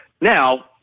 Now